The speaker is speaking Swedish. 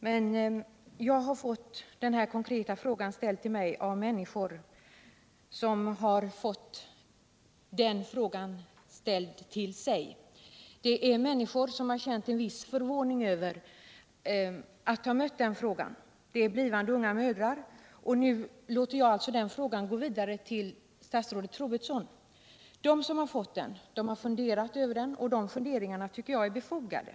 Men jag har fått den här konkreta frågan som Sven Johansson citerade ställd till mig av människor som i sin tur har fått frågan ställd till sig. Det är människor som har känt en viss förvåning över att ha mött denna fråga; det är blivande unga mödrar. Nu låter jag alltså frågan gå vidare till statsrådet Troedsson. De som fått frågan har funderat över den, och de funderingarna tycker jag är befogade.